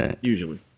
usually